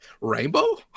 rainbow